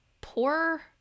poor